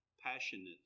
passionate